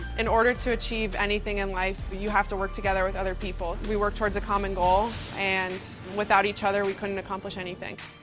in order to achieve anything in life, you have to work together with other people. we work towards a common goal and without each other, we couldn't accomplish anything.